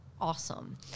Awesome